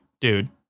dude